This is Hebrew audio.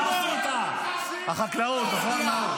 הי, הי, סימון, חקלאות, חקלאות.